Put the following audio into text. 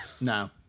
No